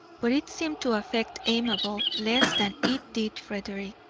but it seemed to affect amabel less than it did frederick.